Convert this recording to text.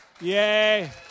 Yay